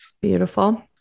Beautiful